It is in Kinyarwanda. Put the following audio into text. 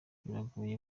biragoye